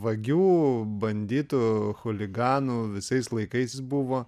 vagių banditų chuliganų visais laikais buvo